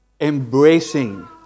embracing